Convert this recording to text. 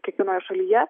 kiekvienoje šalyje